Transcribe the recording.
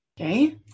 Okay